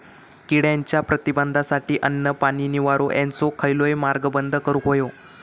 किड्यांच्या प्रतिबंधासाठी अन्न, पाणी, निवारो हेंचो खयलोय मार्ग बंद करुक होयो